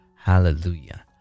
Hallelujah